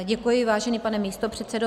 Děkuji, vážený pane místopředsedo.